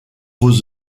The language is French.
vos